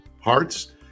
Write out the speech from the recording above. hearts